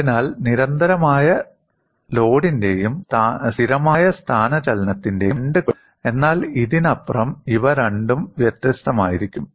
അതിനാൽ നിരന്തരമായ ലോഡിന്റെയും സ്ഥിരമായ സ്ഥാനചലനത്തിന്റെയും രണ്ട് കേസുകളും ഇത് തൃപ്തിപ്പെടുത്തും എന്നാൽ ഇതിനപ്പുറം ഇവ രണ്ടും വ്യത്യസ്തമായിരിക്കും